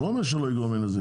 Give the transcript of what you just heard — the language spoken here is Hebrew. אני לא אומר שלא יגרום לנזק,